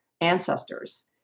ancestors